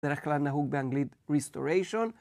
דרך כלל נהוג באנגלית restoration